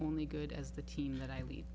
only good as the team that i lead